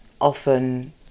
often